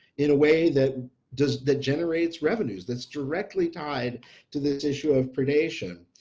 in a way that does that generates revenues that's directly tied to this issue of predation,